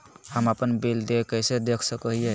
हम अपन बिल देय कैसे देख सको हियै?